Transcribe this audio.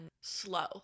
slow